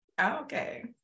Okay